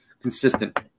consistent